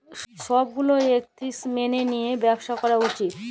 ছব গীলা এথিক্স ম্যাইলে লিঁয়ে ব্যবছা ক্যরা উচিত